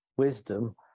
wisdom